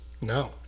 No